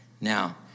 Now